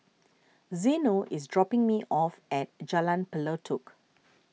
Zeno is dropping me off at Jalan Pelatok